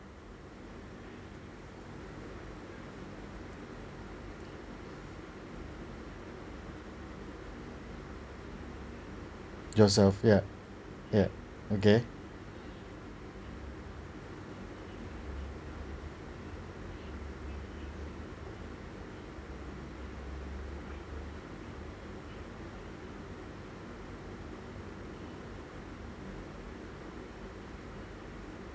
yourself yeah yeah okay